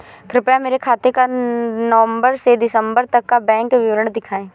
कृपया मेरे खाते का नवम्बर से दिसम्बर तक का बैंक विवरण दिखाएं?